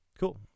Cool